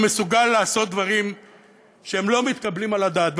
הוא מסוגל לעשות דברים שהם לא מתקבלים על הדעת.